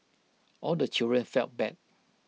all the children felt bad